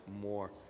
more